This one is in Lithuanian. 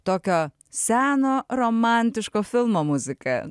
tokio seno romantiško filmo muzika